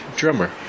drummer